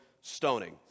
stoning